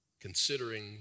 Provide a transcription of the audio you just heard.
Considering